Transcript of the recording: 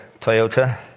Toyota